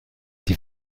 die